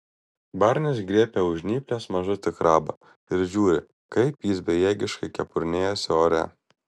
barnis griebia už žnyplės mažutį krabą ir žiūri kaip jis bejėgiškai kepurnėjasi ore